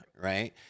right